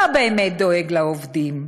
לא באמת דואג לעובדים.